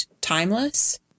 timeless